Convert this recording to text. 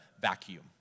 vacuum